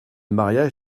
mariage